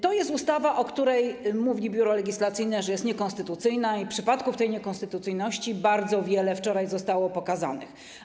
To jest ustawa, o której Biuro Legislacyjne mówi, że jest niekonstytucyjna - i przypadków tej niekonstytucyjności bardzo wiele wczoraj zostało pokazanych.